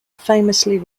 famously